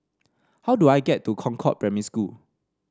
how do I get to Concord Primary School